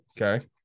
Okay